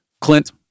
Clint